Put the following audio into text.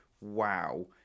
wow